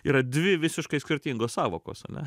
yra dvi visiškai skirtingos sąvokos ane